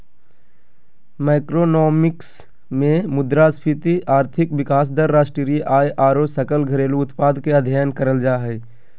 macroeconomics मे मुद्रास्फीति, आर्थिक विकास दर, राष्ट्रीय आय आरो सकल घरेलू उत्पाद के अध्ययन करल जा हय